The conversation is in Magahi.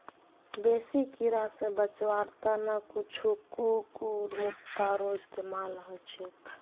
बेसी कीरा स बचवार त न कुछू कुकुरमुत्तारो इस्तमाल ह छेक